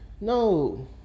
No